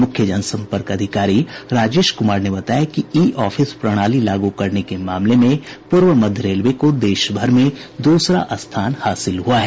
मुख्य जन सम्पर्क अधिकारी राजेश कुमार ने बताया कि ई ऑफिस प्रणाली लागू करने के मामले में पूर्व मध्य रेलवे को देशभर में दूसरा स्थान मिला है